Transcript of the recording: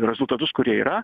rezultatus kurie yra